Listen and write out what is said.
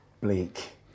bleak